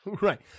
right